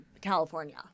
California